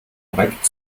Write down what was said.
korrekt